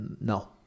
No